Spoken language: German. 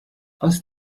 aus